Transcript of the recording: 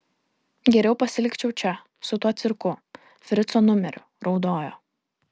geriau pasilikčiau čia su tuo cirku frico numeriu raudojo